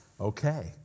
Okay